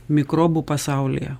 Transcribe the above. mikrobų pasaulyje